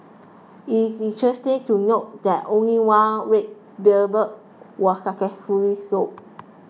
it is interesting to note that only one red was successfully sold